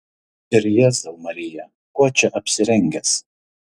ir jėzau marija kuo čia apsirengęs